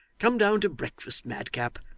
come down to breakfast, madcap,